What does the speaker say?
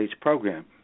program